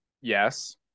Yes